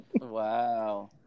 Wow